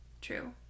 true